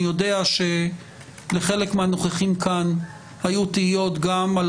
אני יודע שלחלק מהנוכחים כאן היו תהיות גם על